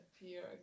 appear